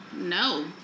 No